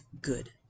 good